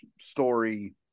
story